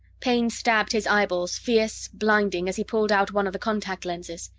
pain stabbed his eyeballs, fierce, blinding, as he pulled out one of the contact lenses.